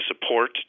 support